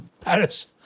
Paris